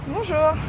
Bonjour